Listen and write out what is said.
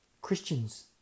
Christians